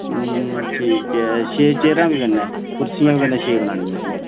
ठीक ऐ छे चेयरां बी कन्नै कुर्सियां बी कन्नै छे बनानियां